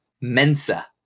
mensa